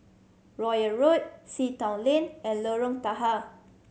Royal Road Sea Town Lane and Lorong Tahar